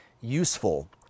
useful